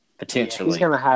Potentially